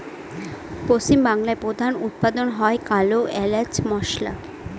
পশ্চিম বাংলায় প্রধান উৎপাদন হয় কালো এলাচ মসলা